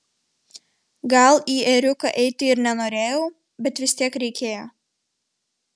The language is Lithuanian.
gal į ėriuką eiti ir nenorėjau bet vis tiek reikėjo